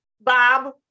Bob